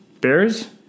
Bears